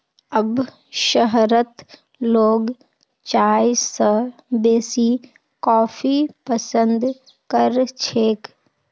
अब शहरत लोग चाय स बेसी कॉफी पसंद कर छेक